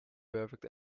perfect